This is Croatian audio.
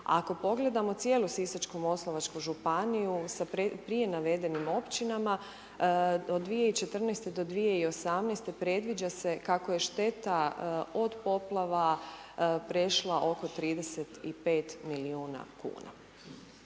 Ako pogledamo cijelu Sisačko-moslavačku županiju sa prije navedenim općinama od 2014. do 2018. predviđa se kako je šteta od poplava prešla oko 35 miliona kuna.